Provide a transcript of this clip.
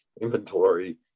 inventory